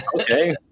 Okay